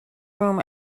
room